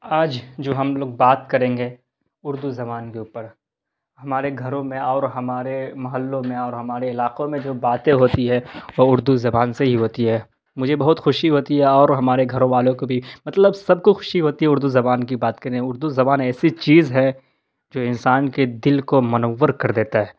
آج جو ہم لوگ بات کریں گے اردو زبان کے اوپر ہمارے گھروں میں اور ہمارے محلوں میں اور ہمارے علاقوں میں جو باتیں ہوتی ہے وہ اردو زبان سے ہوتی ہے مجھے بہت خوشی ہوتی ہے اور ہمارے گھر والوں کو بھی مطلب سب کو خوشی ہوتی ہے اردو زبان کی بات کریں اردو زبان ایسی چیز ہے جو انسان کے دل کو منور کر دیتا ہے